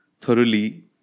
Thoroughly